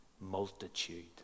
multitude